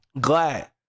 Glad